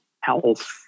health